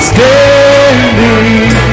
Standing